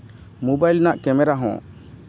mobile ᱨᱮᱱᱟᱜ camera ᱦᱚᱸ